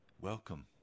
Welcome